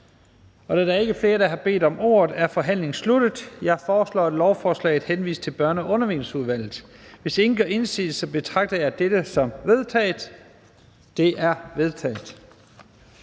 Da der ikke er flere, der har bedt om ordet, er forhandlingen sluttet. Jeg foreslår, at lovforslaget henvises til Børne- og Undervisningsudvalget. Hvis ingen gør indsigelse, betragter jeg dette som vedtaget. Det er vedtaget.